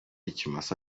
ikimasa